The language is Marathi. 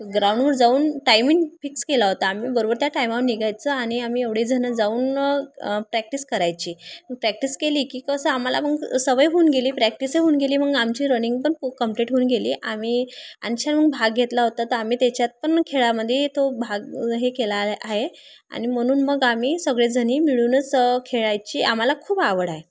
ग्राउंडवर जाऊन टाइमिंग फिक्स केला होता आम्ही बरोबर त्या टायमावर निघायचं आणि आम्ही एवढे जणं जाऊन प्रॅक्टिस करायची प्रॅक्टिस केली की कसं आम्हाला मग सवय होऊन गेली प्रॅक्टिसही होऊन गेली मग आमची रनिंग पण खूप कमप्लीट होऊन गेली आम्ही आणि छान मग भाग घेतला होता तर आम्ही त्याच्यात पण खेळामध्ये तो भाग हे केला आहे आहे आणि म्हणून मग आम्ही सगळेजणी मिळूनच खेळायची आम्हाला खूप आवड आहे